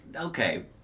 okay